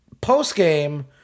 post-game